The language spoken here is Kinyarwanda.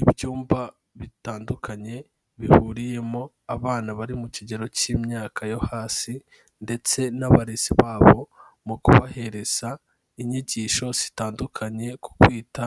Ibyumba bitandukanye bihuriyemo abana bari mu kigero cy'imyaka yo hasi ndetse n'abarezi babo mu kubahereza inyigisho zitandukanye, ku kwita